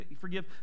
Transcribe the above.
forgive